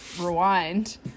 rewind